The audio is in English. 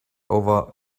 over